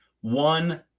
one